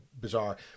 bizarre